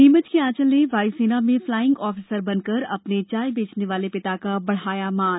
नीमच की आंचल ने वायुसेना में फ्लाइंग आफिसर बनकर अपने चाय बेचने वाले पिता का बढ़ाया मान